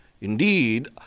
Indeed